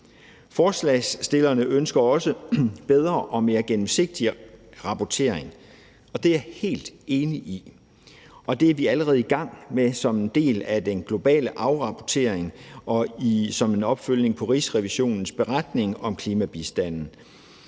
Forslagsstillerne ønsker også en bedre og mere gennemsigtig rapportering, og det er jeg helt enig i, og det er vi allerede i gang med som en del af den globale afrapportering og som en opfølgning på Rigsrevisionens beretning om klimabistanden.